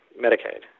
Medicaid